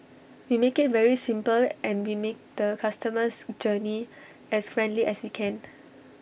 we make IT very simple and we make the customer's journey as friendly as we can